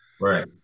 Right